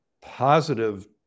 positive